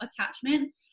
attachment